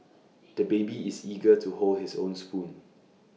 the baby is eager to hold his own spoon